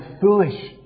foolish